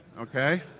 okay